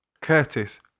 Curtis